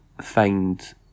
find